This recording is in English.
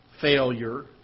failure